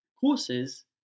courses